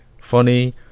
funny